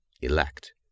elect